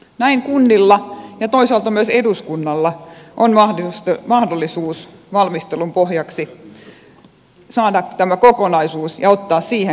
näin kunnilla ja toisaalta myös eduskunnalla on mahdollisuus valmistelun pohjaksi saada tämä kokonaisuus ja ottaa siihen kantaa